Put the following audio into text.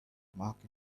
market